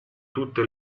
tutte